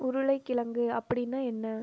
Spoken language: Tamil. உருளைக்கிழங்கு அப்படின்னா என்ன